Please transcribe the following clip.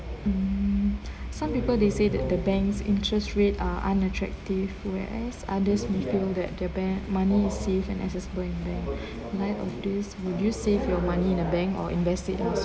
mm some people they say that the bank interest rate are unattractive whereas others may feel that their bank money is safe and accessible in there life of this would you save your money in a bank or invested